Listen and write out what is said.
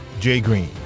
jgreen